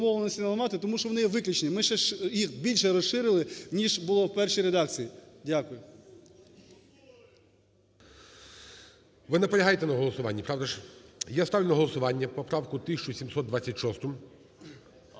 Ви наполягаєте на голосуванні, правда ж? Я ставлю на голосування поправку 1726.